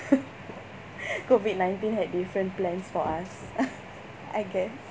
COVID nineteen had different plans for us I guess